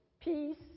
peace